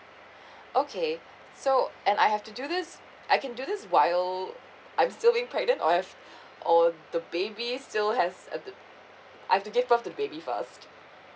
okay so and I have to do this I can do this while I'm still being pregnant or have or the baby still has a uh I've to give birth to the baby first